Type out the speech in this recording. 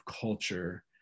culture